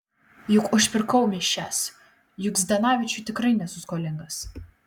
juk užpirkau mišias juk zdanavičiui tikrai nesu skolingas